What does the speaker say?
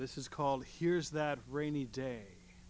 this is called here's that rainy day